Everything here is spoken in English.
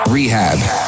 Rehab